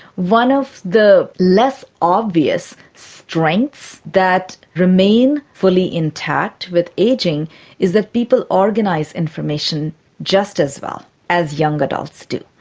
one of the less obvious strengths that remain fully intact with ageing is that people organise information just as well as young adults do.